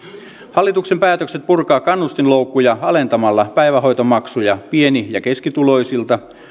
hallituksen päätökset purkaa kannustinloukkuja alentamalla päivähoitomaksuja pieni ja keskituloisilta